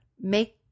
make